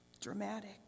dramatic